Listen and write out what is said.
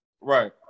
right